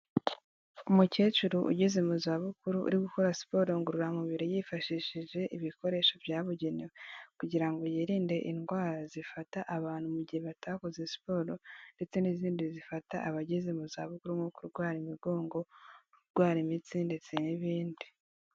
Umukecuru ugeze mu zabukuru, uri gukora siporo ngororamubiri yifashishije ibikoresho byabugenewe, kugira ngo yirinde indwara zifata abantu mu gihe batakoze siporo ndetse n'izindi zifata abageze mu zabukuru nko kurwara imigongo, jurwara imitsi ndetse n'ibindi.